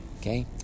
Okay